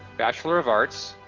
bachelor of arts,